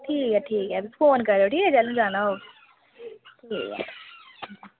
ठीक ऐ ठीक ऐ फोन करेओ भी तैलूं जाना होग ठीक ऐ